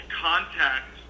contact